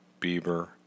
Bieber